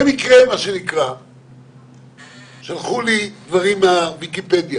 במקרה, שלחו לי דברים מהוויקיפדיה